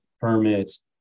permits